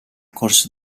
corso